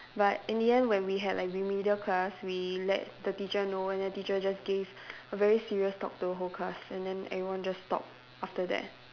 but in the end when we had like remedial class we let the teacher know and the teacher just gave a very serious talk to the whole class and then everyone just stop after that